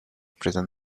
prison